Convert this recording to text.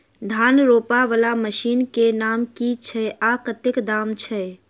धान रोपा वला मशीन केँ नाम की छैय आ कतेक दाम छैय?